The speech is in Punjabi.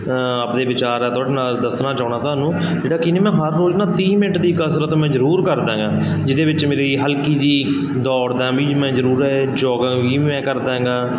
ਆਪ ਦੇ ਵਿਚਾਰ ਆ ਤੁਹਾਡੇ ਨਾਲ ਦੱਸਣਾ ਚਾਹੁੰਦਾ ਤੁਹਾਨੂੰ ਜਿਹੜਾ ਕੀ ਨਾ ਮੈਂ ਹਰ ਰੋਜ਼ ਨਾ ਤੀਹ ਮਿੰਟ ਦੀ ਕਸਰਤ ਮੈਂ ਜ਼ਰੂਰ ਕਰਦਾ ਹੈਗਾ ਜਿਹਦੇ ਵਿੱਚ ਮੇਰੀ ਹਲਕੀ ਜਿਹੀ ਦੌੜਦਾ ਵੀ ਮੈਂ ਜ਼ਰੂਰ ਜੋਗਿੰਗ ਵੀ ਮੈਂ ਕਰਦਾ ਹੈਗਾ